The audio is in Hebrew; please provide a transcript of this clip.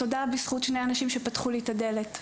תודה בזכות שני אנשים שפתחו לי את הדלת,